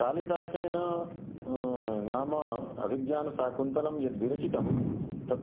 कालिदासेन नाम अभिज्ञानशाकुन्तलं यत् विरचितं तत्